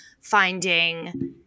finding